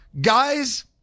Guys